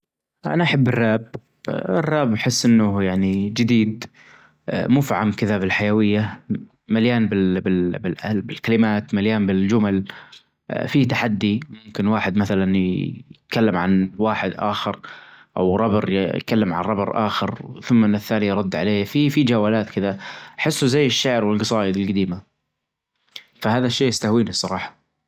أنا أحب الراب، الراب أحس أنو يعنى چديد مفعم كدا بالحيوية مليان بال بالكلمات مليان بالچمل، أ فيه تحدي ممكن واحد مثلا يتكلم عن واحد آخر أو رابر يتكلم عن رابر آخر ثم إن الثاني يرد عليه في في چولات كدا، أحسه زى الشعر و الجصايد الجديمة فهذا الشي أستهويه بصراحة.